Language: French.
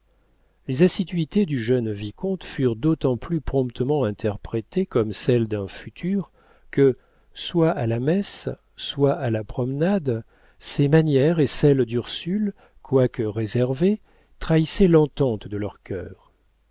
les assiduités du jeune vicomte furent d'autant plus promptement interprétées comme celles d'un futur que soit à la messe soit à la promenade ses manières et celles d'ursule quoique réservées trahissaient l'entente de leurs cœurs